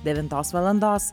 devintos valandos